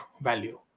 value